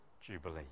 Jubilee